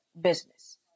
business